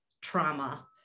trauma